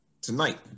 tonight